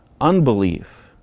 unbelief